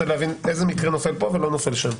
להבין איזה מקרה נופל פה ולא נופל שם.